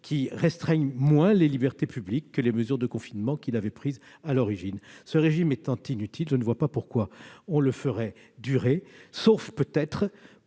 restreignant moins les libertés publiques que les mesures de confinement qu'il avait prises à l'origine. Ce régime étant inutile, je ne vois pas pourquoi on le ferait durer, sauf, peut-être,